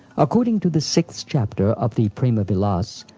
according to the sixth chapter of the prema-vilas,